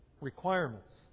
requirements